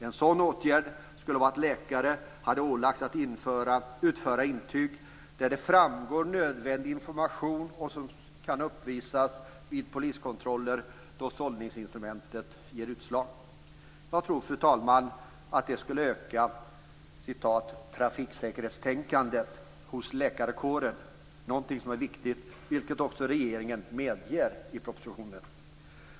En åtgärd skulle kunna vara att läkare ålades att utföra intyg där nödvändig information framgår och som kan uppvisas vid poliskontroller då sållningsinstrumentet ger utslag. Jag tror, fru talman, att det skulle öka "trafiksäkerhetstänkandet" hos läkarkåren. Det är någonting som är viktigt, vilket regeringen också medger i propositionen.